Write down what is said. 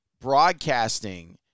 broadcasting